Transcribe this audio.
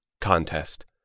Contest